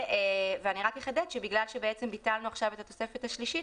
אני רק אחדד שבגלל שביטלנו עכשיו את התוספת השלישית,